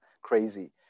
crazy